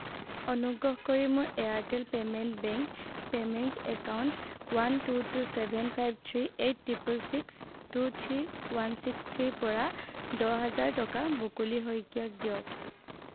অনুগ্ৰহ কৰি মোৰ Airtel payment bank payments account one two two seven five three eight triple six two three one six থ্ৰিৰ পৰা দহ হাজাৰ টকা বকুলি শইকীয়াক দিয়ক